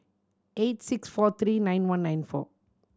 eight six four three nine one nine four